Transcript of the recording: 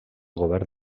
govern